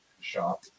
shop